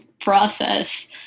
process